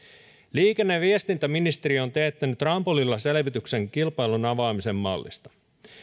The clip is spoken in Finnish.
liikenne ja viestintäministeriö on teettänyt rambollilla selvityksen kilpailun avaamisen mallista